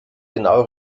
genau